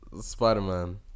Spider-Man